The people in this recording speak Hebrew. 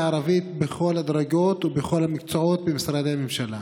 הערבית בכל הדרגות ובכל המקצועות במשרדי הממשלה.